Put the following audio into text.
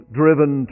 driven